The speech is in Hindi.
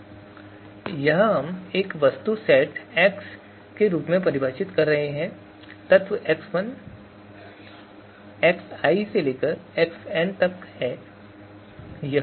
तो यह हम एक वस्तु सेट एक्स के रूप में परिभाषित कर रहे हैं तत्व x1 xi से xn तक हैं